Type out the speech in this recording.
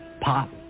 pop